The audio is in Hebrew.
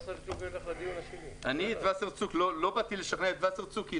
לא באתי לפה לשכנע את וסרצוג.